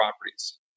properties